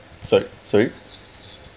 sorry sorry